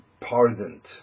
pardoned